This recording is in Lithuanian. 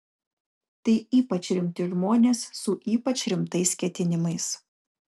tai ypač rimti žmonės su ypač rimtais ketinimais